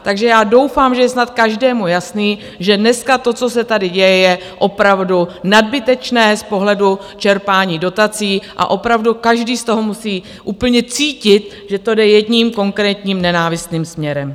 Takže já doufám, že je snad každému jasné, že dneska to, co se tady děje, je opravdu nadbytečné z pohledu čerpání dotací, a opravdu každý z toho musí úplně cítit, že to jde jedním konkrétním nenávistným směrem.